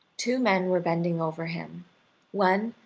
two men were bending over him one,